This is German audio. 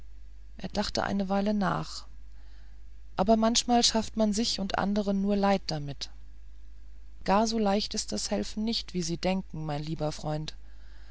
er dachte eine weile nach aber manchmal schafft man sich und anderen nur leid damit gar so leicht ist das helfen nicht wie sie denken mein lieber freund